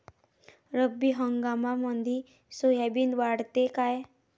रब्बी हंगामामंदी सोयाबीन वाढते काय?